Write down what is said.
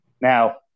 Now